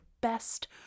best